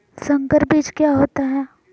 संकर बीज क्या होता है?